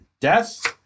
Death